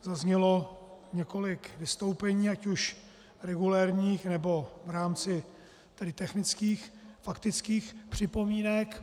Zaznělo několik vystoupení, ať už regulérních, nebo v rámci technických a faktických připomínek.